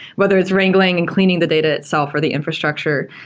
whether it's wrangling and cleaning the data itself or the infrastructure.